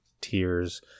tears